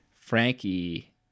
frankie